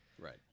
Right